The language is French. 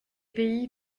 pays